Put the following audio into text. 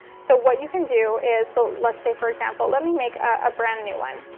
so what you can do is, so let's say for example, let me make a brand new one.